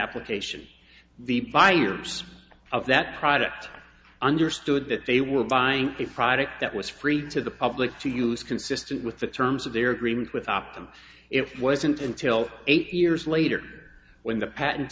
application the buyers of that product understood that they were buying a product that was free to the public to use consistent with the terms of their agreement with optum it wasn't until eight years later when the patent